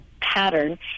pattern